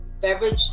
beverage